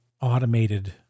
automated